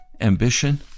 ambition